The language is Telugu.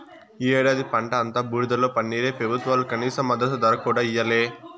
ఈ ఏడాది పంట అంతా బూడిదలో పన్నీరే పెబుత్వాలు కనీస మద్దతు ధర కూడా ఇయ్యలే